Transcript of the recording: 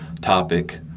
topic